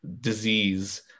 disease